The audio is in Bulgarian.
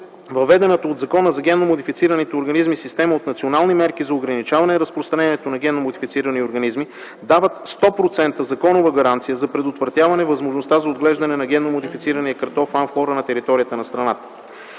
въведената от Закона за генно модифицираните организми система от национални мерки за ограничаване и разпространението на генно модифицирани организми дават 100% законова гаранция за предотвратяване възможността за отглеждане на генно модифицирания картоф „Амфлора” на територията на страната.